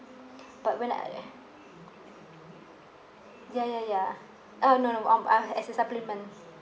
but when I ya ya ya uh no no um uh as a supplement